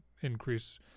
increase